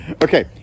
Okay